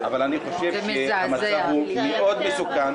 אני חושב שהמצב הוא מאוד מסוכן.